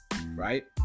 right